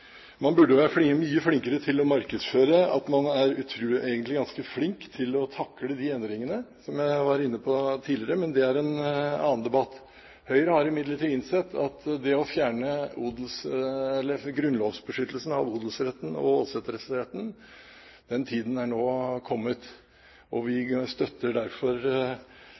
Man burde være mye flinkere til å markedsføre at man egentlig er ganske flink til å takle disse endringene, som jeg var inne på tidligere, men det er en annen debatt. Høyre har imidlertid innsett at tiden er nå kommet for å fjerne grunnlovsbeskyttelsen av odels- og åsetesretten.